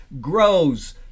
grows